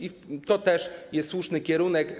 I to też jest słuszny kierunek.